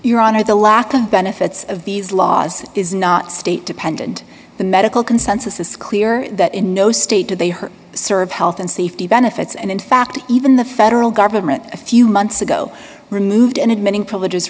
your honor the lack of benefits of these laws is not state dependent the medical consensus is clear that in no state did they hurt serve health and safety benefits and in fact even the federal government a few months ago removed in admitting privileges